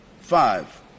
five